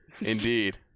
Indeed